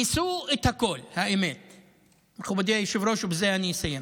ניסו את הכול, מכובדי היושב-ראש, ובזה אני אסיים.